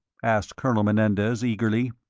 asked colonel menendez, eagerly.